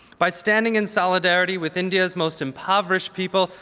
by standing in solidarity with india's most impoverished people,